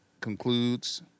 concludes